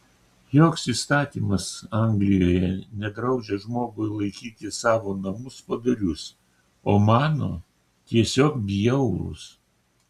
joks įstatymas anglijoje nedraudžia žmogui laikyti savo namus padorius o mano tiesiog bjaurūs